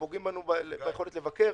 הם פוגעים ביכולת לבקר,